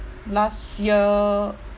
last year